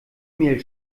mail